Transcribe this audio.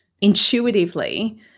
intuitively